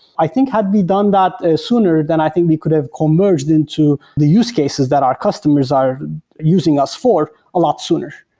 i think had we done that sooner, then i think we could have converged into the use cases that our customers are using us for a lot sooner.